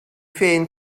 ferien